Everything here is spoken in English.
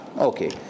okay